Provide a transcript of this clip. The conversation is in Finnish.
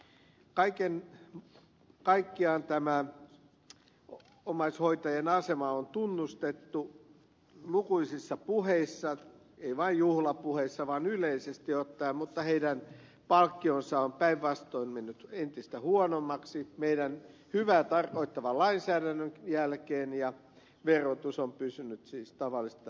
kaiken kaikkiaan omaishoitajien asema on tunnustettu lukuisissa puheissa ei vain juhlapuheissa vaan yleisesti ottaen mutta heidän palkkionsa on päinvastoin mennyt entistä huonommaksi meidän hyvää tarkoittavan lainsäädäntömme jälkeen ja verotus on pysynyt siis tavallista tiukempana